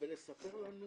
ולספר לנו